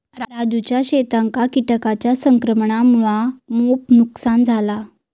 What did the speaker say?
राजूच्या शेतांका किटांच्या संक्रमणामुळा मोप नुकसान झाला